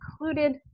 included